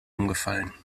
umgefallen